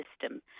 system